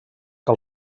que